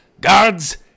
Guards